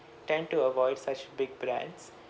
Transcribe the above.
tend to avoid such big brands